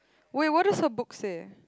wait what does the book say